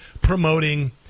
promoting